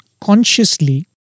consciously